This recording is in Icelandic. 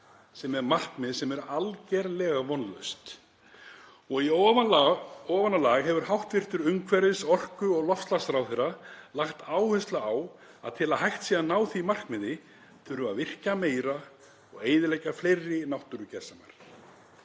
sem er markmið sem er algerlega vonlaust. Og í ofanálag hefur hæstv. umhverfis-, orku- og loftslagsráðherra lagt áherslu á að til að hægt sé að ná því markmiði þurfi að virkja meira og eyðileggja fleiri náttúrugersemar.